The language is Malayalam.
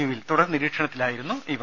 യുവിൽ തുടർ നിരീക്ഷണത്തിലായിരുന്നു ഇവർ